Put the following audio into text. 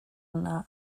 yna